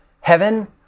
heaven